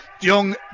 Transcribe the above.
young